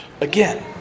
again